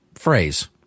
phrase